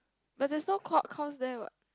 but there's no course~ course there what